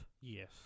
Yes